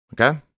Okay